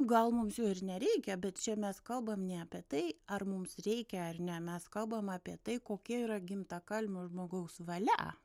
gal mums jų ir nereikia bet čia mes kalbam ne apie tai ar mums reikia ar ne mes kalbam apie tai kokia yra gimtakalbio žmogaus valia